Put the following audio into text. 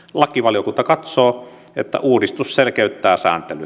lakivaliokunta katsoo että uudistus selkeyttää sääntelyä